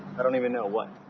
i don't even know what.